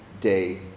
day